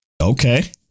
Okay